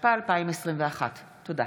התשפ"א 2021. תודה.